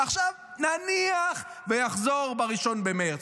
עכשיו, נניח שיחזור ב-1 במרץ.